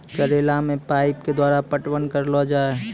करेला मे पाइप के द्वारा पटवन करना जाए?